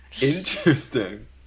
Interesting